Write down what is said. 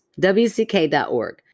WCK.org